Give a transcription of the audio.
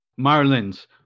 Marlins